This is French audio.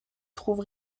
trouve